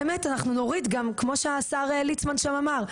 באמת אנחנו נוריד גם כמו שהשר ליצמן אמר.